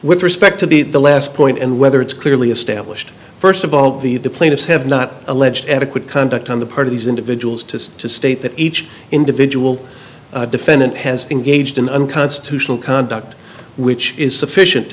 with respect to the last point and whether it's clearly established first of all the plaintiffs have not alleged adequate conduct on the part of these individuals to to state that each individual defendant has engaged in unconstitutional conduct which is sufficient